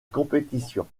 compétition